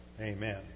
amen